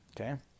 Okay